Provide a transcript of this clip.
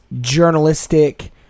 journalistic